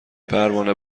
پروانه